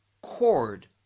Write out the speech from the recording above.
cord